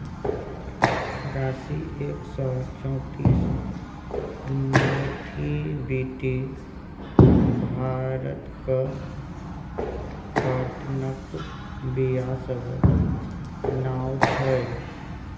राशी एक सय चौंतीस, मोथीबीटी भारतक काँटनक बीया सभक नाओ छै